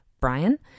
brian